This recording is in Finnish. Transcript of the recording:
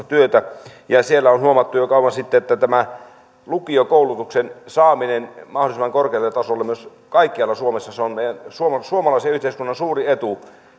työtä siellä on huomattu jo kauan sitten että tämä lukiokoulutuksen saaminen mahdollisimman korkealle tasolle myös kaikkialla suomessa on meidän suomalaisen yhteiskunnan suuri etu